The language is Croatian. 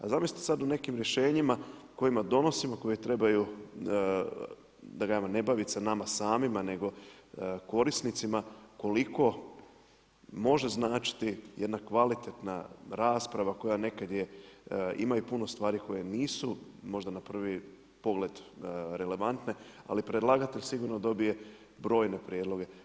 A zamislite sada u nekim rješenjima kojima donosimo, koji trebaju da kažem ne baviti se nama samima nego korisnicima koliko može značiti jedna kvalitetna rasprava koja nekad je ima i puno stvari koje nisu možda na pravi pogled relevantne, ali predlagatelj sigurno dobije brojne prijedloge.